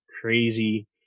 crazy